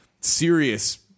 serious